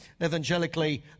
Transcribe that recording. evangelically